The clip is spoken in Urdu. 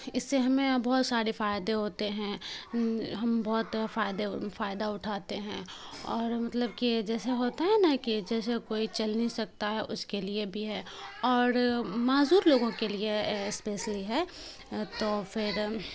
اس سے ہمیں بہت شارے فائدے ہوتے ہیں ہم بہت فائدے فائدہ اٹھاتے ہیں اور مطلب کہ جیسے ہوتا ہے نا کہ جیسے کوئی چل نہیں سکتا ہے اس کے لیے بھی ہے اور معذور لوگوں کے لیے ہے اے اسپیسلی ہے تو فر